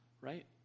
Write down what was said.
Right